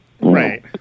Right